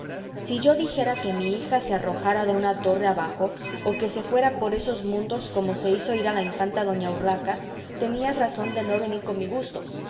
si yo dijera que mi hija se arrojara de una torre abajo o que se fuera por esos mundos como se quiso ir la infanta doña urraca tenías razón de no venir con mi gusto